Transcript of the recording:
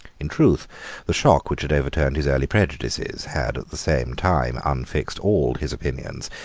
in truth the shock which had overturned his early prejudices had at the same time unfixed all his opinions,